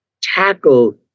tackle